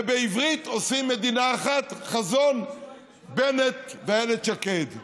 ובעברית עושים מדינה אחת, חזון בנט ואיילת שקד.